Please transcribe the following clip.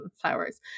flowers